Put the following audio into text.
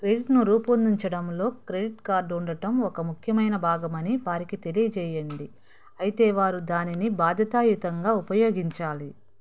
క్రెడిట్ను రూపొందించడంలో credit card ఉండటం ఒక ముఖ్యమైన భాగమని వారికి తెలియజేయండి అయితే వారు దానిని బాధ్యతాయుతంగా ఉపయోగించాలి